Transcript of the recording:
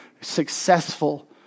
successful